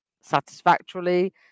satisfactorily